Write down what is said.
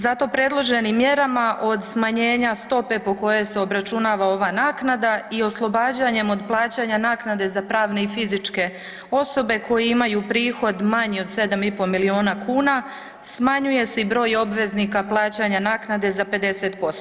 Zato predloženim mjerama od smanjenja stope po kojoj se obračunava ova naknada i oslobađanjem od plaćanja naknade za pravne i fizičke osobe koje imaju prihod manji od 7,5 miliona kuna smanjuje se i broj obveznika plaćanja naknade za 50%